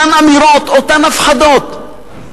אותן אמירות ואותן הפחדות.